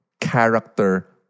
character